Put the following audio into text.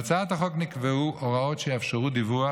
בהצעת החוק נקבעו הוראות שיאפשרו דיווח